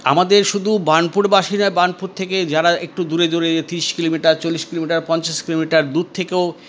আমাদের শুধু বার্নপুরবাসী না বার্নপুর থেকে যারা একটু দূরে দূরে ত্রিশ কিলোমিটার চল্লিশ কিলোমিটার পঞ্চাশ কিলোমিটার দূর থেকেও